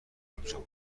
اونجا